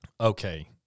okay